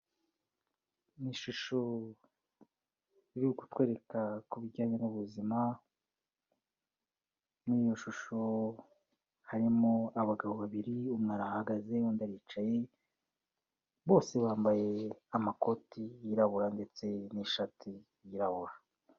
Ni ishusho iri kutwereka ku bijyanye n'ubuzima, mu iyo shusho harimo abagabo babiri, umwe arahagaze n'undi aricaye, bose bambaye amakoti yirabura ndetse n'ishati yirabura.